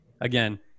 again